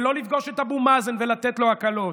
ולא לפגוש את אבו-מאזן ולתת לו הקלות,